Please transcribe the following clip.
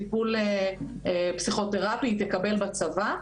טיפול פסיכותרפי היא תקבל בצבא,